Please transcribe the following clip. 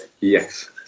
Yes